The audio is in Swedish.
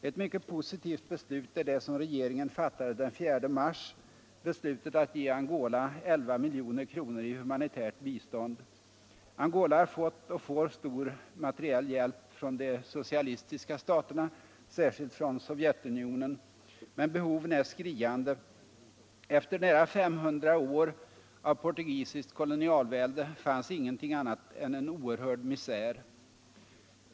Ett mycket positivt beslut är det som regeringen fattade den 4 mars, beslutet att ge Angola 11 milj.kr. i humanitärt bistånd. Angola har fått och får stor materiell hjälp från de socialistiska staterna, särskilt från Sovjetunionen. Men behoven är skriande. Efter nära 500 år av portugisiskt kolonialvälde fanns ingenting annat än oerhörd misär.